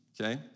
okay